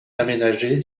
aménagé